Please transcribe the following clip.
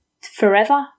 Forever